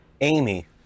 Amy